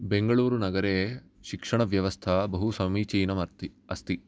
बेंगळूरुनगरे शिक्षणव्यवस्था बहु समीचीनमत्ति अस्ति